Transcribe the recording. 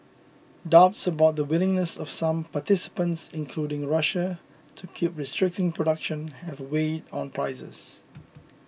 doubts about the willingness of some participants including Russia to keep restricting production have weighed on prices